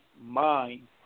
mind